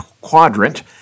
Quadrant